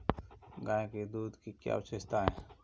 गाय के दूध की क्या विशेषता है?